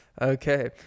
Okay